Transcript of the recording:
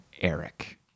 Eric